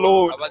Lord